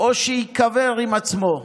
או שייקבר עם עצמו.